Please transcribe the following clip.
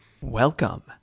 Welcome